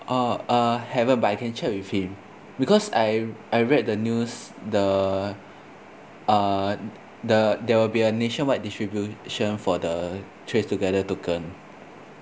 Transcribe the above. oh uh haven't but I can check with him because I I read the news the uh the there will be a nationwide distribution for the trace together token